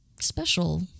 special